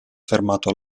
fermato